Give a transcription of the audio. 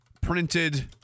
printed